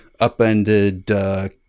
upended